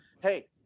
Hey